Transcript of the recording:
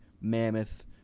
mammoth